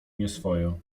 nieswojo